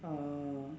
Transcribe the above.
uh